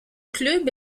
club